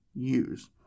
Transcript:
use